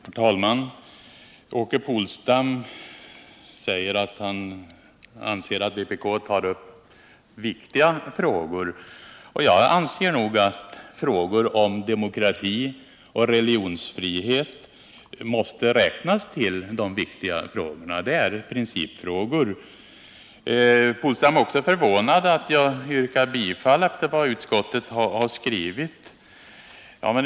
Herr talman! Åke Polstam säger att han anser att vpk brukar ta upp viktiga frågor, och jag anser faktiskt att frågor om demokrati och religionsfrihet måste räknas till de viktiga frågorna — de är principfrågor. Åke Polstam är förvånad över att jag yrkar bifall till motionen efter vad utskottet har skrivit.